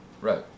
Right